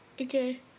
Okay